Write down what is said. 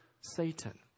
Satan